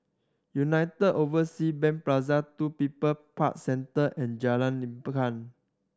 United Overseas Bank Plaza Two People Park Centre and Jalan Lekar